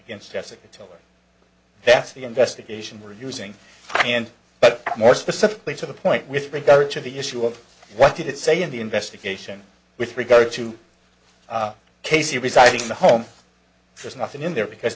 against jessica tell her that's the investigation we're using and but more specifically to the point with regard to the issue of what did it say in the investigation with regard to casey residing in the home there's nothing in there because